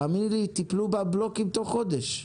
תאמיני לי טיפלו בבלוקים תוך חודש.